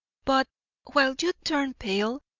but while you turned pale,